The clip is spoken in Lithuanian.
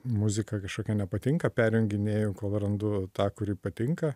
muzika kažkokia nepatinka perjunginėju kol randu tą kuri patinka